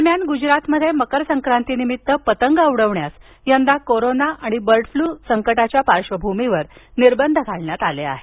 दरम्यान गुजरातमध्ये मकरसंक्राती निमित्त पतंग उडवण्यास यंदा कोरोना आणि बर्ड फ्लू संकटाच्या पार्बंभूमीवर निर्बंध घालण्यात आले आहेत